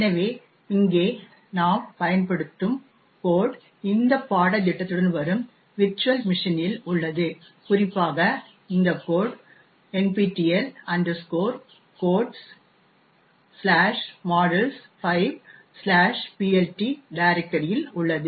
எனவே இங்கே நாம் பயன்படுத்தும் கோடஂ இந்த பாடத்திட்டத்துடன் வரும் விர்ச்சுவல் மெஷின் இல் உள்ளது குறிப்பாக இந்த code nptel codesmodule5 plt directory இல் உள்ளது